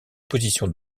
position